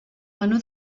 menú